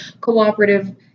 cooperative